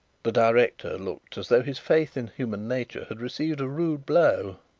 the director looked as though his faith in human nature had received a rude blow.